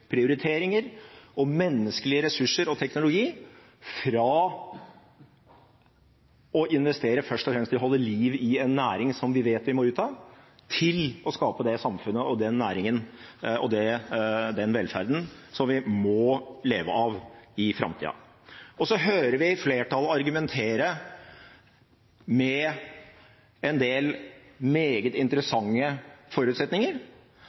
prioriteringer og menneskelige ressurser og teknologi fra å investere først og fremst i å holde liv i en næring som vi vet vi må ut av, til å skape det samfunnet og den næringen og den velferden som vi må leve av i framtiden. Så hører vi flertallet argumentere med en del meget interessante forutsetninger,